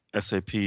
SAP